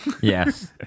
Yes